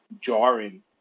jarring